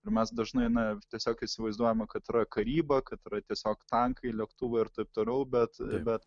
ir mes dažnai na tiesiog įsivaizduojame kad yra karyba kad yra tiesiog tankai lėktuvai ir taip toliau bet bet